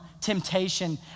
temptation